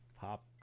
pop